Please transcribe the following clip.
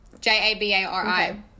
J-A-B-A-R-I